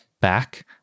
back